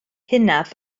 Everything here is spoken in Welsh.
hynaf